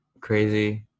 crazy